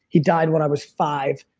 he died when i was five,